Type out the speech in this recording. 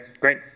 great